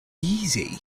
easy